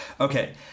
okay